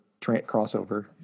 crossover